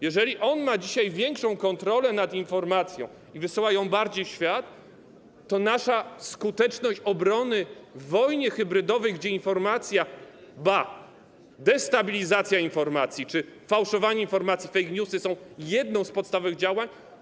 Jeżeli on ma dzisiaj większą kontrolę nad informacją i wysyła ją bardziej w świat, to nasza skuteczność obrony w wojnie hybrydowej, gdzie informacja, ba, destabilizacja informacji czy fałszowanie informacji, fake newsy są jedną z podstawowych działań.